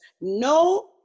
no